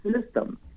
system